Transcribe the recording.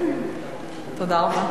תודה רבה.